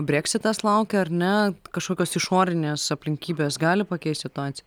breksitas laukia ar ne kažkokios išorinės aplinkybės gali pakeist situaciją